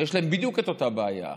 שיש להם בדיוק את אותה בעיה,